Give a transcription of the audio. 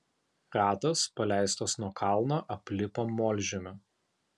ratas paleistas nuo kalno aplipo molžemiu